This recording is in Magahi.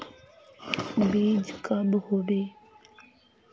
बीज कब होबे?